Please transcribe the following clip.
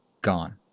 gone